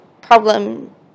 problem